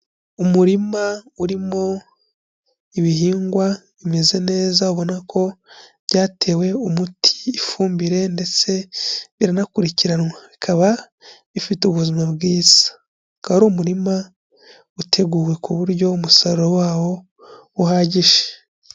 Umurima urimo ibihingwa bimeze neza ubona ko byatewe umuti, ifumbire ndetse iranakurikiranwa bikaba bifite ubuzima bwiza, akaba ari umurima uteguwe ku buryo umusaruro wawo uhagije.